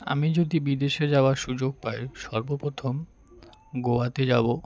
আমি যদি বিদেশে যাওয়ার সুযোগ পাই সর্বপ্রথম গোয়াতে যাবো